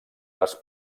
les